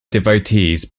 devotees